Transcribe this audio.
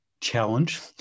challenge